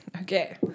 Okay